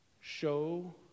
Show